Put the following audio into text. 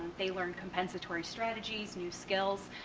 they learn compensatory strategies, new skills,